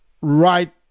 right